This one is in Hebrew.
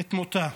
את מותה.